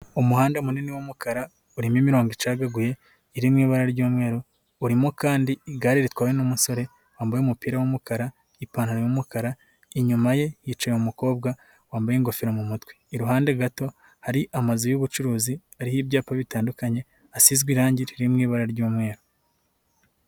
Umuhanda munini w'umukara, urimo imirongo icagaguye, iri mu ibara ry'umweru, urimo kandi igare ritwawe n'umusore, wambaye umupira w'umukara, n'ipantaro y'umukara, inyuma ye hicaye umukobwa wambaye ingofero mu mutwe. Iruhande gato hari amazu y'ubucuruzi, ariho ibyapa bitandukanye, asizwe irangi riri mu ibara ry'umweru.